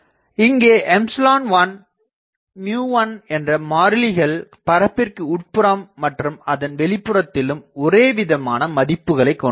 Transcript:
இங்கே ε1 μ1 என்ற மாறிலிகள் பரப்பிற்கு உட்புறம் மற்றும் அதன் வெளிப்புறத்திலும் ஒரே விதமான மதிப்புகளைக் கொண்டிருக்கும்